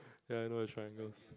ya I know the triangles